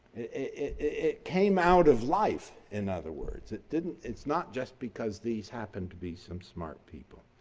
it came out of life in other words. it didn't it's not just because this happened to be some smart people.